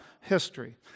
history